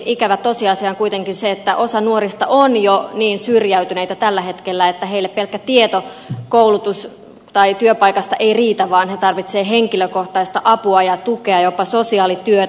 ikävä tosiasia on kuitenkin se että osa nuorista on jo niin syrjäytyneitä tällä hetkellä että heille pelkkä tieto koulutus tai työpaikasta ei riitä vaan he tarvitsevat henkilökohtaista apua ja tukea jopa sosiaalityötä